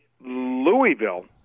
Louisville